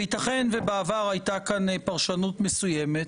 וייתכן ובעבר הייתה כאן פרשנות מסוימת,